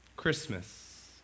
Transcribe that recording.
Christmas